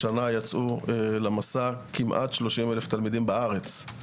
השנה יצאו למסע כמעט 30,000 תלמידים בארץ,